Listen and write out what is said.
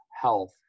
health